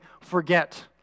forget